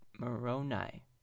Moroni